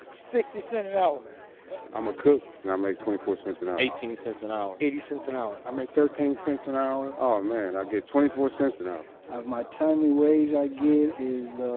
sixty cents an hour i'm a cook, and i make twenty four cents an hour eighteen cents an hour eighty cents an hour i make thirteen cents an hour aw man, and i get twenty four cents an hour my timely wage i get is, ah,